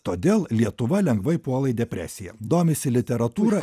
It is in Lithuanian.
todėl lietuva lengvai puola į depresiją domisi literatūra